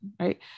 Right